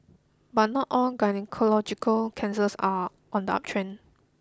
but not all gynaecological cancers are on the uptrend